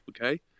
okay